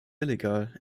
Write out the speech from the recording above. illegal